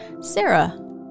Sarah